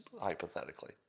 hypothetically